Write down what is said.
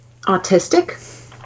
autistic